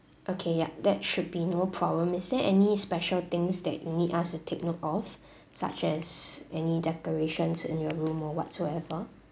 okay ya that should be no problem is there any special things that you need us to take note of such as any decorations in your room or whatsoever